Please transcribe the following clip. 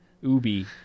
Ubi